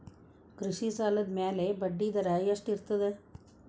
ಕೃಷಿ ಸಾಲದ ಮ್ಯಾಲೆ ಬಡ್ಡಿದರಾ ಎಷ್ಟ ಇರ್ತದ?